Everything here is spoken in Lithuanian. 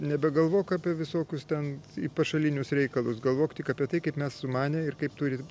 nebegalvok apie visokius ten į pašalinius reikalus galvok tik apie tai kaip mes sumanę ir kaip turi